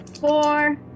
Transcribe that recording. four